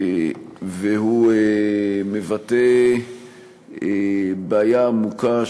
והוא מבטא בעיה עמוקה,